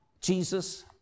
Jesus